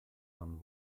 dann